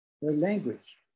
language